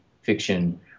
fiction